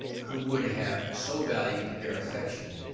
who would have so valued their affection,